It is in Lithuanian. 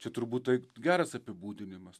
čia turbūt tai geras apibūdinimas